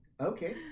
Okay